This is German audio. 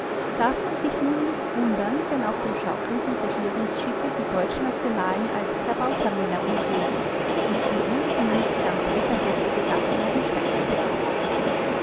darf man sich nun nicht wundern wenn auf dem schaukelnden regierungsschiffe die deutschnationalen als klabautermänner umgehen und die ohnehin nicht ganz wetterfeste besatzung in schrecken setzen